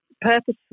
purposeful